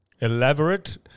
Elaborate